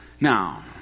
Now